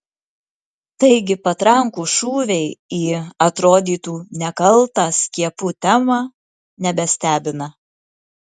taigi patrankų šūviai į atrodytų nekaltą skiepų temą nebestebina